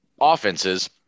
offenses